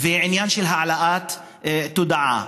ועניין של העלאת תודעה.